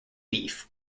beef